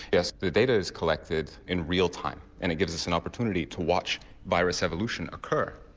yes, the data is collected in real time and it gives us an opportunity to watch virus evolution occur.